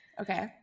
Okay